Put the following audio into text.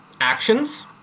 actions